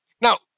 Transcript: Now